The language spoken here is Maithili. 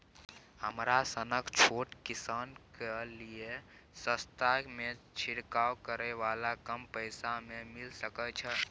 हमरा सनक छोट किसान के लिए सस्ता में छिरकाव करै वाला कम पैसा में मिल सकै छै?